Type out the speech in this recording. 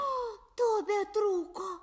o to betrūko